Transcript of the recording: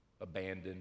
abandoned